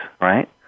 right